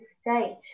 state